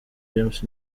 james